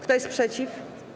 Kto jest przeciw?